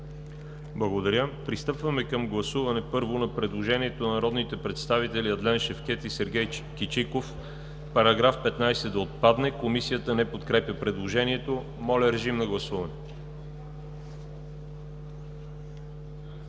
Благодаря. Пристъпваме към гласуване, първо, на предложението на народните представители Адлен Шевкед и Сергей Кичиков § 15 да отпадне. Комисията не подкрепя предложението. Гласували